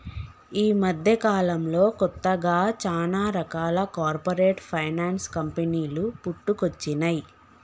యీ మద్దెకాలంలో కొత్తగా చానా రకాల కార్పొరేట్ ఫైనాన్స్ కంపెనీలు పుట్టుకొచ్చినై